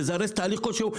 לזרז תהליך כלשהו,